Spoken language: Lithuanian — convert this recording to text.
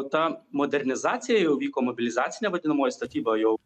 ta modernizacija jau vyko mobilizacinė vadinamoji statyba jau